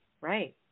right